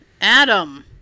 Adam